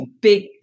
big